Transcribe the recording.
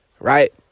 Right